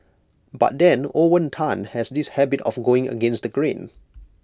but then Owen Tan has this habit of going against the grain